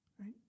Right